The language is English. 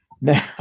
Now